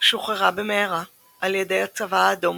שוחררה במהרה על ידי הצבא האדום,